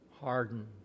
hardened